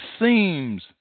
seems